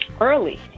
early